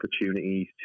opportunities